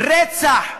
רצח מזעזע,